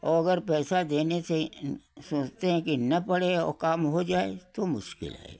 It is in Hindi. औ अगर पैसा देने से सोचते हैं कि न पड़े और काम हो जाए तो मुश्किल है